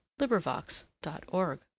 LibriVox.org